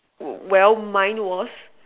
well mine was